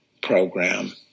program